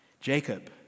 Jacob